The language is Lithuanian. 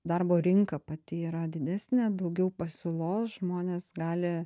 darbo rinka pati yra didesnė daugiau pasiūlos žmonės gali